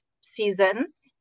seasons